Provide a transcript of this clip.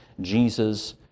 Jesus